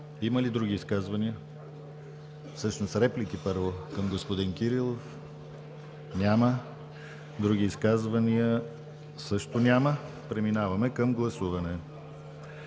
Има ли други изказвания? Всъщност, първо, реплики към господин Кирилов? Няма. Други изказвания? Също няма. Преминаваме към гласуване.